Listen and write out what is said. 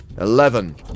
Eleven